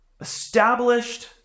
established